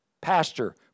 pastor